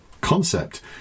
concept